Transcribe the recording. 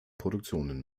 produktionen